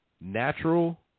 Natural